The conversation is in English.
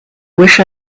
wish